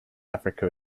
africa